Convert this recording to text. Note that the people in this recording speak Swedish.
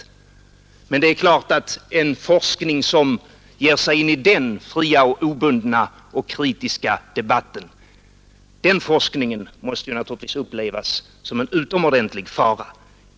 Men det är klart att en forskning som ger sig in i den fria, obundna och kritiska debatten naturligtvis måste upplevas som en utomordentlig fara.